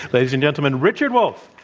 ladies and gentlemen, richard wolff.